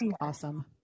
awesome